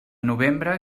novembre